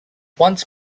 once